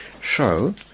show